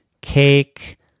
cake